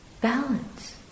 balance